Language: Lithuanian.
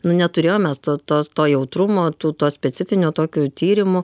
nu neturėjom mes to tos to jautrumo tų to specifinio tokių tyrimų